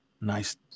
nice